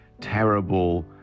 terrible